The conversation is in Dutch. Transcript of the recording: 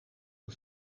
een